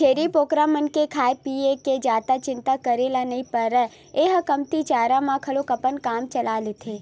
छेरी बोकरा मन के खाए पिए के जादा चिंता करे ल नइ परय ए ह कमती चारा म घलोक अपन काम चला लेथे